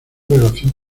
relación